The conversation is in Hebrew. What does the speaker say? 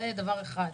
זה דבר אחד.